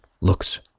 looks